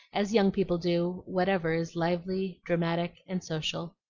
as young people do whatever is lively, dramatic, and social.